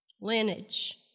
lineage